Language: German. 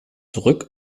zurück